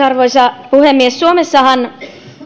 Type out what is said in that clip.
arvoisa puhemies suomessahan